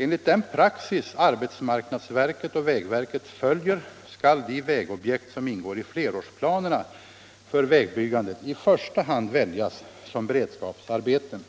Enligt den praxis arbetsmarknadsverket och vägverket följer skall de vägobjekt som ingår i flerårsplanerna för vägbyggandet i första hand väljas som beredskapsarbeten.